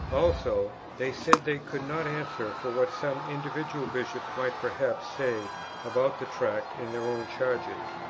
also, they said they could not answer for what some individual bishops might perhaps say about the tract in their own charges.